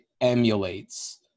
emulates